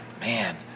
man